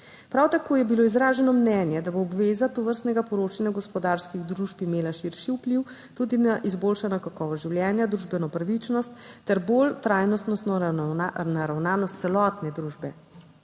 Prav tako je bilo izraženo mnenje, da bo obveza tovrstnega poročanja gospodarskih družb imela širši vpliv, tudi na izboljšano kakovost življenja, družbeno pravičnost ter bolj trajnostnostno naravnanost celotne družbe.